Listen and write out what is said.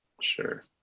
Sure